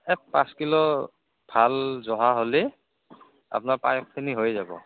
এই পাঁচ কিলো ভাল জহা হ'লেই আপোনাৰ পায়সখিনি হৈয়ে যাব